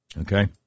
Okay